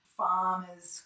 farmers